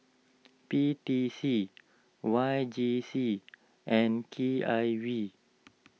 P T C Y J C and K I V